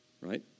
Right